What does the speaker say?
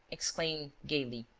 exclaimed, gaily